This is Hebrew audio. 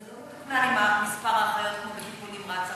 אבל זה לא מתוקנן עם מספר האחיות כמו בטיפול נמרץ אחר.